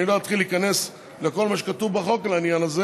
אני לא אתחיל להיכנס לכל מה שכתוב בחוק על העניין הזה